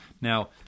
Now